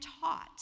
taught